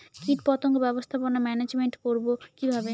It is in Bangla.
কীটপতঙ্গ ব্যবস্থাপনা ম্যানেজমেন্ট করব কিভাবে?